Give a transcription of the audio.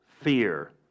fear